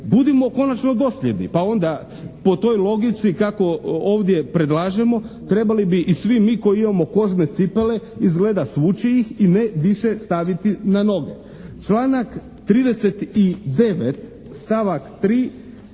budimo konačno dosljedni, pa onda po toj logici kako ovdje predlažemo trebali bi i svi mi koji imamo kožne cipele izgleda svući ih i ne više staviti na noge. Članak 39. stavak 3.